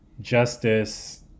Justice